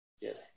Yes